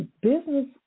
business